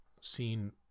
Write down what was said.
seen